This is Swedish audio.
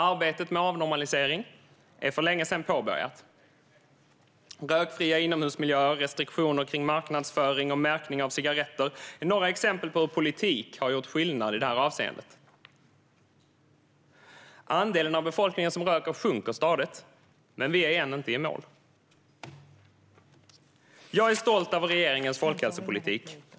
Arbetet med avnormalisering är för länge sedan påbörjat. Rökfria inomhusmiljöer och restriktioner kring marknadsföring och märkning av cigaretter är några exempel på hur politik har gjort skillnad i det här avseendet. Andelen av befolkningen som röker sjunker stadigt, men vi är ännu inte i mål. Jag är stolt över regeringens folkhälsopolitik.